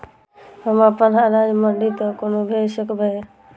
हम अपन अनाज मंडी तक कोना भेज सकबै?